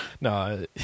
No